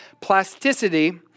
Plasticity